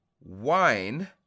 wine